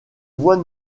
voit